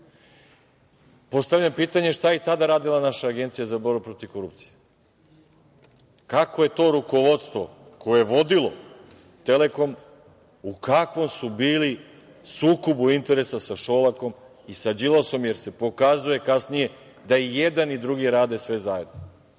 izgubili. Postavljam pitanje - šta je i tada radila naša Agencija za borbu protiv korupcije? Kakvo je to rukovodstvo koje je vodilo „Telekom“, u kakvom su bili sukobu interesa sa Šolakom i sa Đilasom, jer se pokazuje kasnije da i jedan i drugi rade sve zajedno,